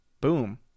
Boom